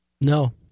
No